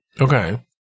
Okay